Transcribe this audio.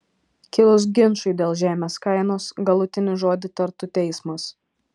kilus ginčui dėl žemės kainos galutinį žodį tartų teismas